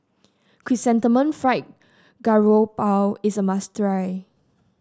Chrysanthemum Fried Garoupa is a must try